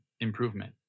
improvement